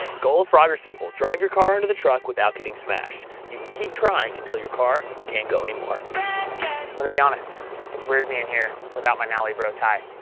goal of frogger is simple drive your car into the truck without getting smashed. you can keep trying until your car can't go anymore. i'm going to be honest it's weird being here without my finale bro, ty.